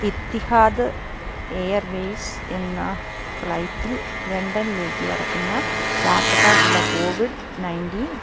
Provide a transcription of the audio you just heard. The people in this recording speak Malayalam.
ഇത്തിഹാദ് എയർവേയ്സ് എന്ന ഫ്ലൈറ്റിൽ ലണ്ടനിലേക്ക് പറക്കുന്ന യാത്രക്കാർക്കുള്ള കോവിഡ് നയൻറ്റീൻ